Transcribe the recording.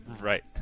Right